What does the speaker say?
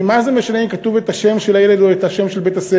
כי מה זה משנה אם כתוב השם של הילד או השם של בית-הספר?